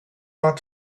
are